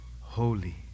holy